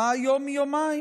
מה יום מימים?